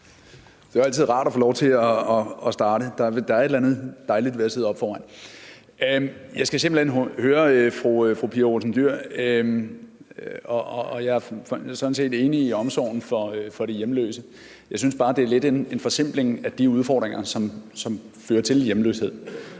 Det er altid rart at få lov til at starte. Der er et eller andet dejligt ved at sidde oppe foran. Jeg skal simpelt hen høre fru Pia Olsen Dyhr om de hjemløse, og jeg er sådan set enig i omsorgen for de hjemløse, jeg synes bare, det er lidt en forsimpling af de udfordringer, som fører til hjemløshed.